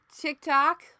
TikTok